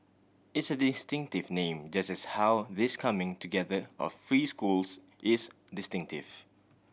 it's a distinctive name just as how this coming together of three schools is distinctive